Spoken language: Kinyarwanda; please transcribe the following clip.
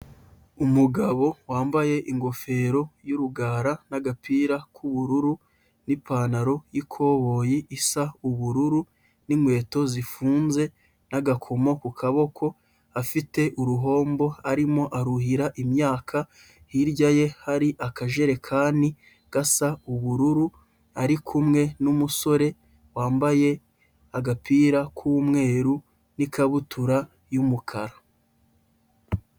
Umugabo wambaye ingofero y'urugara n'agapira k'ubururu n'ipantaro y'ikoboyi isa ubururu n'inkweto zifunze n'agakomo ku kaboko, afite uruhombo, arimo aruhira imyaka, hirya ye hari akajerekani gasa ubururu, ari kumwe n'umusore wambaye agapira k'umweru n'ikabutura y'umukara.